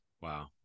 Wow